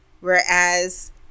whereas